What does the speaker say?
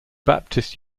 baptist